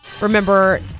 remember